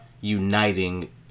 uniting